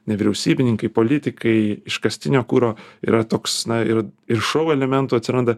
nevyriausybininkai politikai iškastinio kuro yra toks na ir ir šou elementų atsiranda